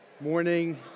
Morning